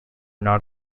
not